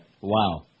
Wow